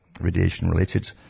radiation-related